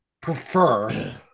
prefer